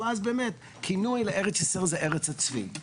אבל אז באמת כינוי ארץ ישראל היה 'ארץ הצבי'.